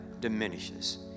diminishes